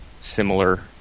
similar